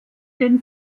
den